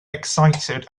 excited